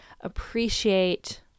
appreciate